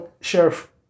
Sheriff